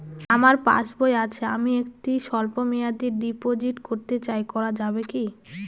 আমার পাসবই আছে আমি একটি স্বল্পমেয়াদি ডিপোজিট করতে চাই করা যাবে কি?